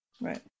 Right